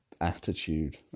attitude